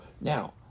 now